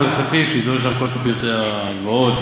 לי יש בעיה עם המדינה,